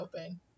open